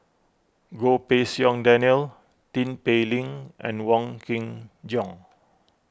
Goh Pei Siong Daniel Tin Pei Ling and Wong Kin Jong